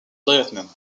lieutenant